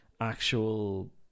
actual